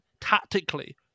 tactically